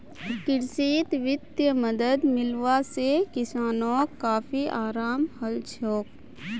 कृषित वित्तीय मदद मिलवा से किसानोंक काफी अराम हलछोक